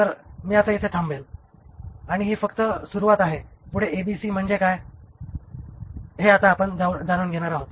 तर मी आता इथे थांबेल आणि ही फक्त सुरुवात आहे पुढे ABC म्हणजे काय हे आता आपण जाणून घेणार आहोत